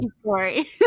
story